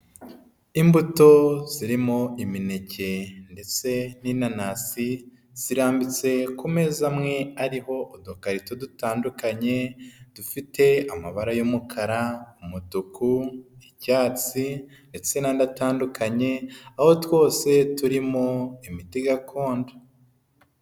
Imbuto zirimo imineke ndetse n'inanasi zirambitse ku meza amwe ariho udukarito dutandukanye dufite amabara y'umukara, umutuku, icyatsi ndetse n'andi atandukanye, aho twose turimo imiti gakondo.